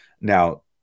Now